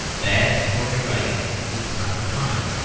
bad story writing is not a crime.